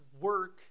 work